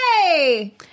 Hey